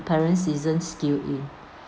parent isn't skilled in